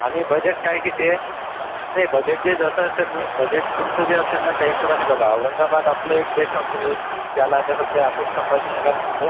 आणि बजेट काय किती आहे नाही बजेट जे जसं असेल बजेट तुमचं जे असेल नं त्या हिशोबाने बघा औरंगाबाद आपलं एक बेस्ट ऑप्शन राहील ज्याला आता सध्या आपण संभाजी नगर म्हनतो